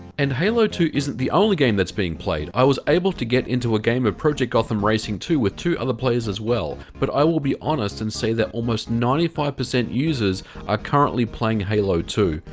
and halo two isn't the only game that's being played. i was able to get into a game of project gotham racing two, with two other players as well. but i will be honest and say that almost ninety five percent users are currently playing halo two.